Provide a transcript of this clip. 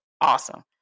awesome